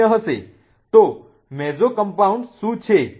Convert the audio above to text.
તો મેસોકમ્પાઉન્ડ્સ શું છે